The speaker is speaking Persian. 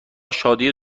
شادی